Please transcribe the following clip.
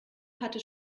hatte